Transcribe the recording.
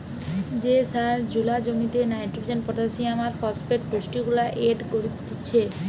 যে সার জুলা জমিতে নাইট্রোজেন, পটাসিয়াম আর ফসফেট পুষ্টিগুলা এড করতিছে